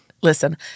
listen